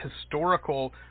historical